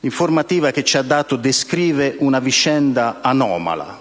L'informativa che ci ha dato descrive una vicenda anomala,